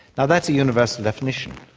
now that's a universal definition.